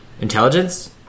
Intelligence